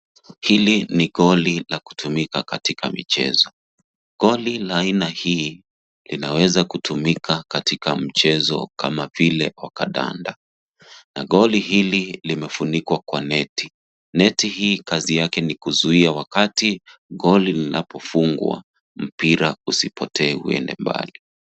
Hili ni goli la kutumika katika michezo . Goli la aina hii linaweza kutumika kama mchezo kama vile kandanda, na goli hili limefunikwa kwa neti. Neti hii kazi yake ni kuzuia wakati goli linapofungwa, mpira usipotee uende mbali.